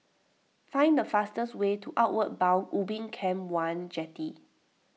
find the fastest way to Outward Bound Ubin Camp one Jetty